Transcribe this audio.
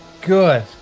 Good